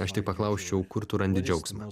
aš tik paklausčiau kur tu randi džiaugsmą